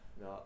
no